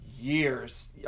years